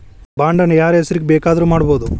Bond ನ ಯಾರ್ಹೆಸ್ರಿಗ್ ಬೆಕಾದ್ರುಮಾಡ್ಬೊದು?